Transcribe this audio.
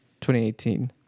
2018